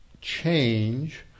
change